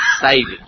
saving